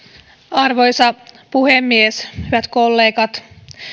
arvoisa puhemies hyvät kollegat